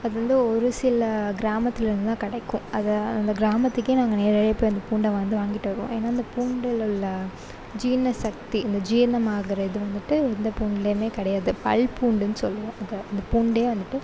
அது வந்து ஒரு சில கிராமத்துலருந்து தான் கிடைக்கும் அதை அந்த கிராமத்துக்கே நாங்கள் நேரடியாக போயி அந்த பூண்டை வந்து வாங்கிட்டு வருவோம் ஏன்னா அந்த பூண்டில் உள்ள ஜீரண சக்தி அந்த ஜீரணம் ஆகிற இது வந்துட்டு எந்த பூண்டுலேயுமே கிடையாது பல் பூண்டுன்னு சொல்லுவோம் அதை அந்த பூண்டே வந்துட்டு